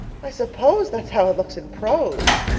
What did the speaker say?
i suppose that's how it looks in prose.